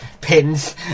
pins